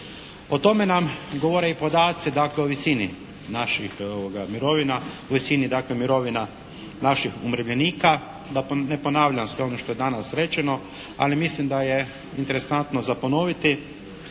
O tome nam govore i podaci o visini naših mirovina, o visini mirovina naših umirovljenika. Da ne ponavljam sve ono što je danas rečeno. Ali, mislim da je interesantno za ponoviti